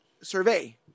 survey